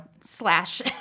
slash